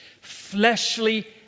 fleshly